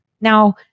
Now